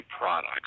products